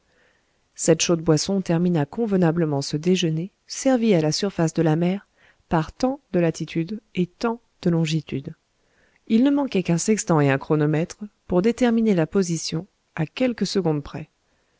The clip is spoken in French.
cette chaude boisson termina convenablement ce déjeuner servi à la surface de la mer par tant de latitude et tant de longitude il ne manquait qu'un sextant et un chronomètre pour déterminer la position à quelques secondes près